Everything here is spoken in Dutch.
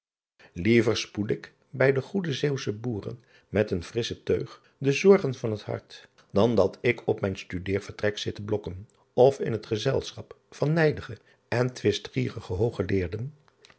iever spoel ik bij de goede eeuwfshe boeren met een frissche teug de zorgen van het hart dan dat ik op mijn studeervertrek zit te blokken of in het gezelschap van nijdige en twistgierige hooggeleerden